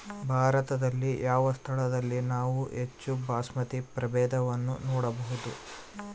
ಭಾರತದಲ್ಲಿ ಯಾವ ಸ್ಥಳದಲ್ಲಿ ನಾವು ಹೆಚ್ಚು ಬಾಸ್ಮತಿ ಪ್ರಭೇದವನ್ನು ನೋಡಬಹುದು?